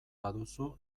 baduzu